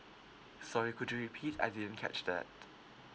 sorry could you repeat I didn't catch that